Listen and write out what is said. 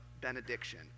benediction